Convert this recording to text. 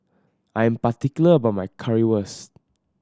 I am particular about my Currywurst